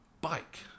bike